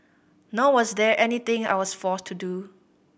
nor was there anything I was forced to do